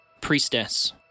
priestess